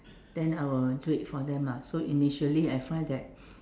then I will do it for them lah so initially I find that